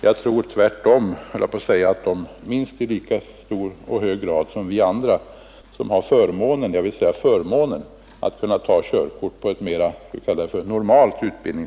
Jag tror tvärtom, höll jag på att säga, att de när det gäller körskicklighet mycket väl kan konkurrera med oss andra som har haft förmånen — jag säger förmånen — att kunna ta körkort efter en mer normal utbildning.